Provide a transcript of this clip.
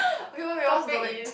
okay okay what's the topic